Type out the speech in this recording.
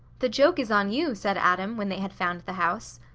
the joke is on you, said adam, when they had found the house.